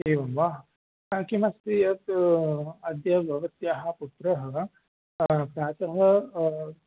एवं वा किमस्ति यत् अद्य भवत्याः पुत्रः वा प्रातः